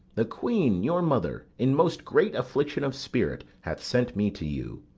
the queen, your mother, in most great affliction of spirit, hath sent me to you.